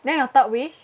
then your third wish